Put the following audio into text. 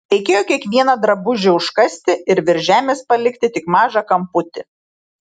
reikėjo kiekvieną drabužį užkasti ir virš žemės palikti tik mažą kamputį